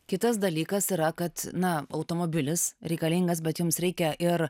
kitas dalykas yra kad na automobilis reikalingas bet jums reikia ir